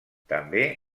també